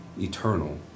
eternal